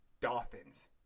Dolphins